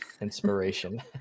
inspiration